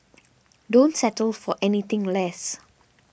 don't settle for anything less